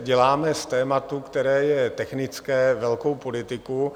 Děláme z tématu, které je technické, velkou politiku.